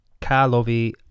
Karlovy